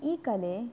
ಈ ಕಲೆ